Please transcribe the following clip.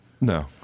No